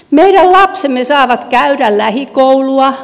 meidän lapsemme saavat käydä lähikoulua